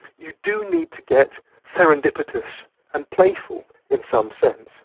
you do need to get serendipitous and playful in some sense.